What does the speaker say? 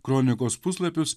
kronikos puslapius